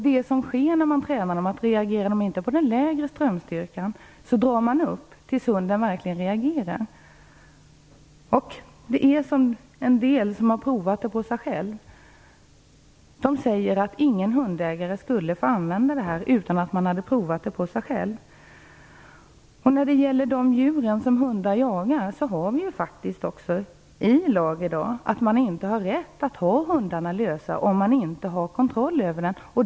Reagerar inte hunden på den lägre strömstyrkan ökar man strömmen tills hunden verkligen reagerar. En del har provat halsbandet på sig själva. De säger att ingen hundägare skulle få använda halsbandet på hunden utan att först ha provat det på sig själv. När det gäller de djur som hundar jagar är det stadgat i lag att man inte har rätt att ha hundar lösa om man inte har kontroll över dem.